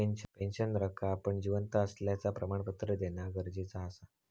पेंशनरका आपण जिवंत असल्याचा प्रमाणपत्र देना गरजेचा असता